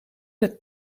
het